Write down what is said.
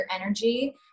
energy